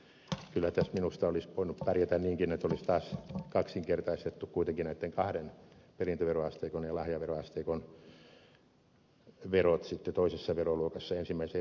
kyllä tässä minusta olisi voinut pärjätä niinkin että olisi taas kaksinkertaistettu kuitenkin näitten kahden perintöveroasteikon ja lahjaveroasteikon verot toisessa veroluokassa ensimmäiseen veroluokkaan nähden